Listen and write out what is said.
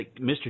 Mr